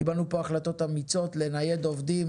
קיבלנו פה החלטות אמיצות לנייד עובדים